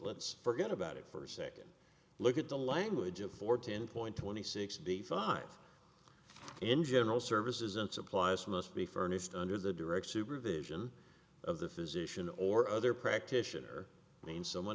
let's forget about it for a second look at the language of fourteen point twenty six b five in general services and supplies must be furnished under the direct supervision of the physician or other practitioner i mean someone